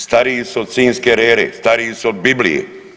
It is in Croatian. Stariji su od Sinjske rere, stariji su od Biblije.